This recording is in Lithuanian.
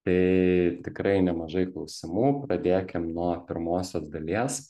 tai tikrai nemažai klausimų pradėkim nuo pirmosios dalies